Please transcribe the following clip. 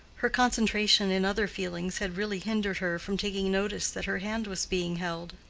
her concentration in other feelings had really hindered her from taking notice that her hand was being held.